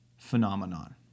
Phenomenon